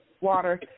water